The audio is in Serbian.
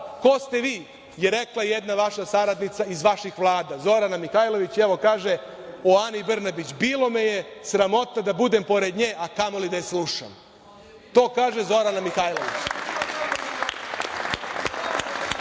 ko ste vi je rekla jedna vaša saradnica iz vaših vlada – Zorana Mihajlović. Kaže o Ani Brnabić – bilo me je sramota da budem pored nje, a kamoli da je slušam. To kaže Zorana Mihajlović. Da